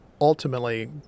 ultimately